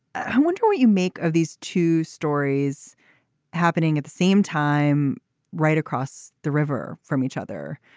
i wonder what you make of these two stories happening at the same time right across the river from each other.